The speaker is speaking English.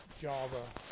Java